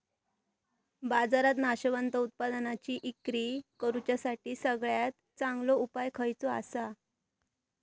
बाजारात नाशवंत उत्पादनांची इक्री करुच्यासाठी सगळ्यात चांगलो उपाय खयचो आसा?